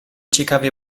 ciekawie